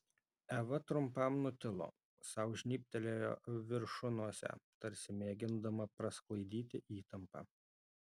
eva trumpam nutilo sau žnybtelėjo viršunosę tarsi mėgindama prasklaidyti įtampą